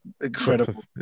incredible